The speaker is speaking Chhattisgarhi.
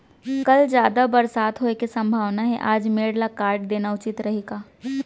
कल जादा बरसात होये के सम्भावना हे, आज मेड़ ल काट देना उचित रही का?